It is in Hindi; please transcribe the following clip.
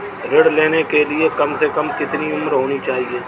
ऋण लेने के लिए कम से कम कितनी उम्र होनी चाहिए?